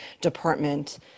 department